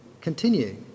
continue